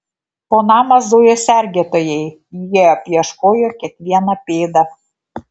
po namą zujo sergėtojai jie apieškojo kiekvieną pėdą